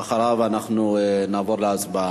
אחריו אנחנו נעבור להצבעה.